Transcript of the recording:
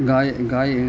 गायति गायति